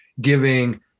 giving